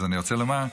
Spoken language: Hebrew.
אז אני רוצה לומר,